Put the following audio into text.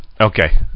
okay